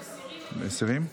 אנחנו מסירים.